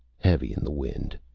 heavy in the wind.